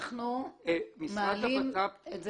המשרד לבט"פ --- אנחנו מעלים את זה